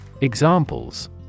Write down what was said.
Examples